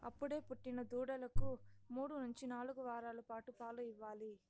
అప్పుడే పుట్టిన దూడలకు మూడు నుంచి నాలుగు వారాల పాటు పాలు ఇవ్వాలి